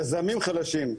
יזמים חלשים,